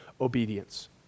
obedience